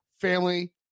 family